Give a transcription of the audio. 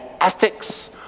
ethics